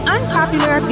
Unpopular